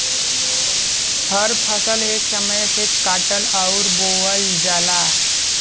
हर फसल एक समय से काटल अउर बोवल जाला